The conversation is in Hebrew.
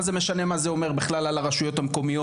מה זה משנה מה זה אומר על הרשויות המקומיות?